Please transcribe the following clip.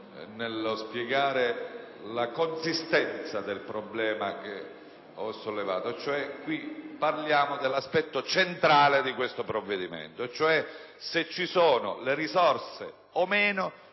nello spiegare la consistenza del problema che ho sollevato. Stiamo parlando dell'aspetto centrale del provvedimento, cioè se ci sono o no le risorse